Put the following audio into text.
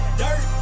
dirt